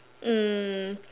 mm